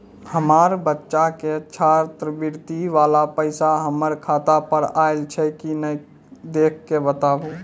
हमार बच्चा के छात्रवृत्ति वाला पैसा हमर खाता पर आयल छै कि नैय देख के बताबू?